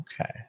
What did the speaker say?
okay